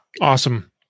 Awesome